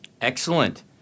Excellent